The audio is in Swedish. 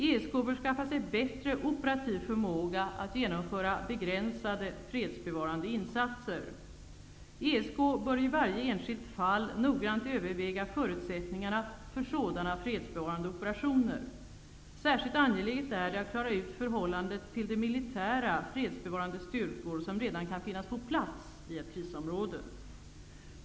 ESK bör skaffa sig bättre operativ förmåga att genomföra begränsade, fredsbevarande insatser. ESK bör i varje enskilt fall noggrant överväga förutsättningarna för sådana fredsbevarande operationer. Särskilt angeläget är det att klara ut förhållandet till de militära, fredsbevarande styrkor som redan kan finnas på plats i ett krisområde.